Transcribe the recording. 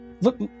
look